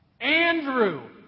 Andrew